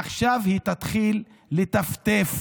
עכשיו היא תתחיל לטפטף